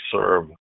serve